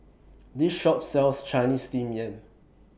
This Shop sells Chinese Steamed Yam